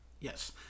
Yes